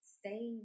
stay